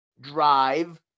drive